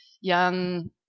young